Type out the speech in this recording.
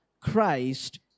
Christ